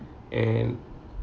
and